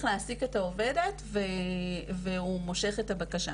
להעסיק את העובדת והוא מושך את הבקשה.